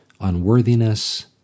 unworthiness